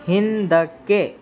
ಹಿಂದಕ್ಕೆ